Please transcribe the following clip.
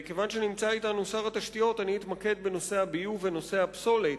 כיוון שנמצא אתנו שר התשתיות אני אתמקד בנושא הביוב ונושא הפסולת.